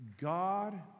God